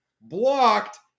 blocked